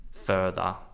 further